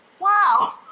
wow